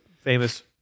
famous